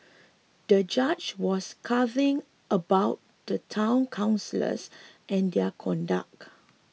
the judge was cousin about the Town Councillors and their conduct